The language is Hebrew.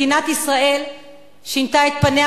מדינת ישראל שינתה את פניה,